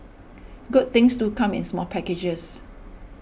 good things do come in small packages